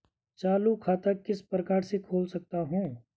चालू खाता किस प्रकार से खोल सकता हूँ?